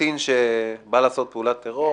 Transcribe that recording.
קטין שבא לעשות פעולת טרור